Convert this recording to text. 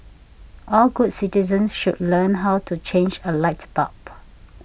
all good citizens should learn how to change a light bulb